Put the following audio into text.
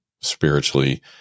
spiritually